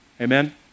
Amen